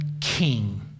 king